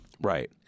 Right